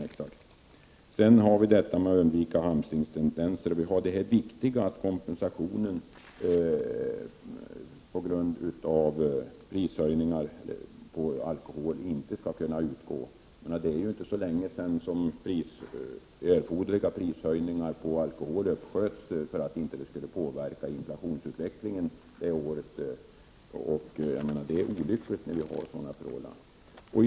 I reservationen tas frågan om att undvika hamstringstendenser vid prishöjningar upp och den viktiga frågan om att kompensation på grund av prishöjningar på alkohol inte skall kunna utgå. Det är ju inte så länge sedan erforderliga prishöjningar på alkohol uppsköts för att de inte skulle påverka inflationsutvecklingen inför ett årsskifte. Det är olyckligt när förhållandena är sådana.